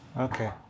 Okay